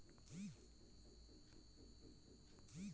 కొబ్బరి లో అంతరపంట ఏంటి వెయ్యొచ్చు?